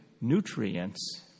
nutrients